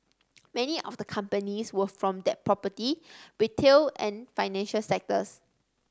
many of the companies were from the property retail and financial sectors